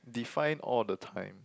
define all the time